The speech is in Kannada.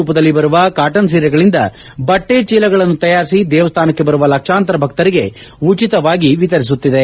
ರೂಪದಲ್ಲಿ ಬರುವ ಕಾಟನ್ ಸೀರೆಗಳಿಂದ ಬಟ್ಷೆ ಚೀಲಗಳನ್ನು ತಯಾರಿಸಿ ದೇವಸ್ಥಾನಕ್ಕೆ ಬರುವ ಲಕ್ಷಾಂತರ ಭಕ್ತರಿಗೆ ಉಚಿತವಾಗಿ ವಿತರಿಸುತ್ತಿದೆ